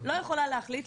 לא יכולה להחליט,